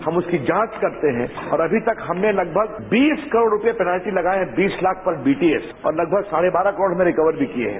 हम उसकी जांच करते हैं और अमी तक हमने लगभग बीस करोड़ रुपए पेनल्टी लगाया है बीस लाख पर बीटीएस और लगभग साढे बारह करोड हमने रिकवर भी किए हैं